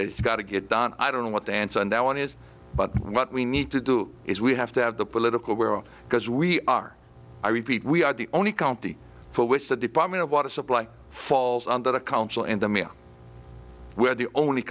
that it's got to get done i don't know what the answer on that one is but what we need to do is we have to have the political world because we are i repeat we are the only county for which the department of water supply falls under the council and the mayor we're the only